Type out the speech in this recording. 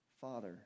father